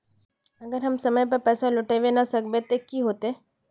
अगर हम समय पर पैसा लौटावे ना सकबे ते की होते?